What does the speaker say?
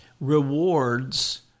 rewards